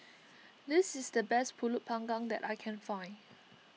this is the best Pulut Panggang that I can find